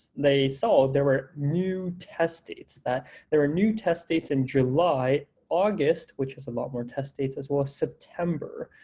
they saw there were new tests dates, that there were new test dates in july, august, which is a lot more test dates as well as, september.